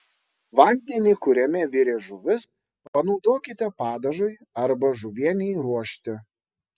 vandenį kuriame virė žuvis panaudokite padažui arba žuvienei ruošti